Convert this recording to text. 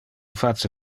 face